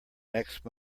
next